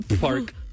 Park